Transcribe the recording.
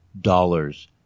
dollars